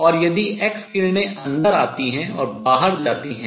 और यदि x किरणें अंदर आती हैं और बाहर जाती हैं